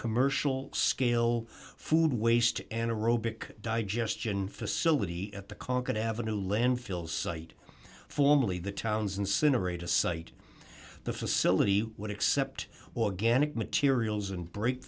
commercial scale food waste and aerobics digestion facility at the concord avenue landfill site formally the town's incinerate a site the facility would accept organic materials and break